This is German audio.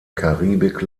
karibik